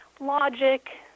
logic